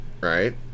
Right